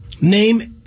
name